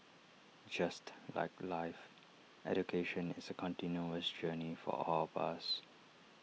just like life education is A continuous journey for all of us